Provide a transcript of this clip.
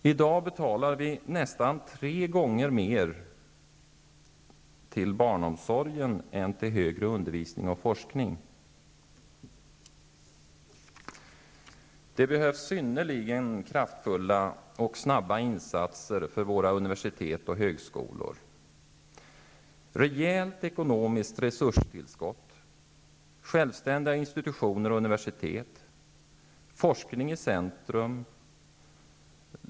I dag betalar vi nästan tre gånger mer till barnomsorgen än till högre undervisning och forskning. Det behövs synnerligen kraftfulla och snabba insatser för våra universitet och högskolor. Det behövs ett rejält ekonomiskt resurstillskott och självständiga institutioner och universitet. Forskningen skall stå i centrum.